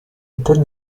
tête